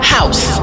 House